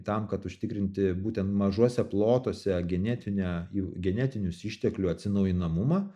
tam kad užtikrinti būten mažuose plotuose genetinę genetinius išteklių atsinaujinamumą